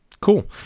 cool